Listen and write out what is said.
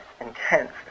intense